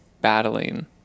battling